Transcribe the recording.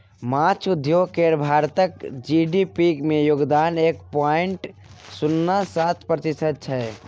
माछ उद्योग केर भारतक जी.डी.पी मे योगदान एक पॉइंट शुन्ना सात प्रतिशत छै